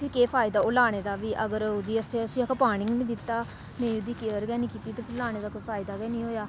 फ्ही केह् फायदा ओह् लाने दा बी अगर ओह्दी असें उस्सी आखो पानी बी निं दित्ता नेईं ओह्दी केयर गै निं कीती ते फ्ही लाने दा कोई फायदा गै निं होएआ